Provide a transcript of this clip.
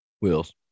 Wheels